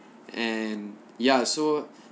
and ya so